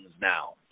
now